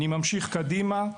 אני ממשיך קדימה.